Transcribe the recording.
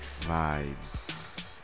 Vibes